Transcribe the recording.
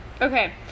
Okay